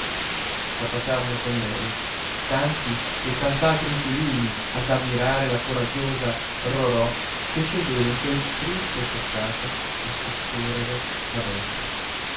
s'affacciarono con lei tanti e tant'altri inquilini ad ammirare la coraggiosa rorò che scendeva in quel triste fossato a soccorrere la bestia